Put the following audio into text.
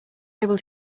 able